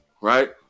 Right